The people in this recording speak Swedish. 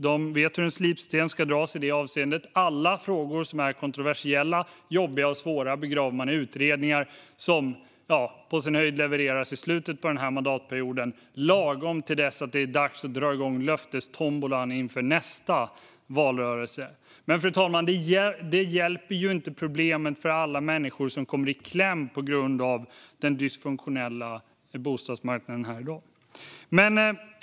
Det vet hur en slipsten ska dras i det avseendet. Alla frågor som är kontroversiella, jobbiga och svåra begraver man i utredningar som på sin höjd levereras i slutet av mandatperioden, lagom tills det är dags att dra igång löftestombolan inför nästa valrörelse. Detta hjälper dock inte alla de människor, fru talman, som kommer i kläm på grund av dagens dysfunktionella bostadsmarknad.